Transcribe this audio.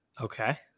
Okay